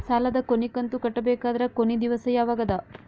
ಸಾಲದ ಕೊನಿ ಕಂತು ಕಟ್ಟಬೇಕಾದರ ಕೊನಿ ದಿವಸ ಯಾವಗದ?